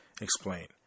explain